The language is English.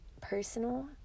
personal